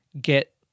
get